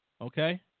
Okay